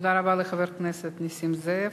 תודה רבה לחבר הכנסת נסים זאב.